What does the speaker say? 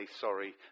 sorry